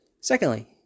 Secondly